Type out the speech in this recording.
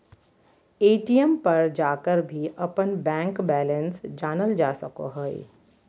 ATM पर जाकर भी अपन बैंक बैलेंस जानल जा सको हइ